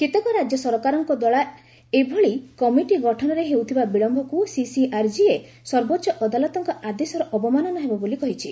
କେତେକ ରାଜ୍ୟସରକାରଙ୍କ ଦ୍ୱାରା ଏଭଳି କମିଟି ଗଠନରେ ହେଉଥିବା ବିଳମ୍ବକୁ ସିସିଆର୍ଜିଏ ସର୍ବୋଚ୍ଚ ଅଦାଲତଙ୍କ ଆଦେଶର ଅବମାନନା ହେବ ବୋଲି କହିଛି